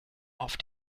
auf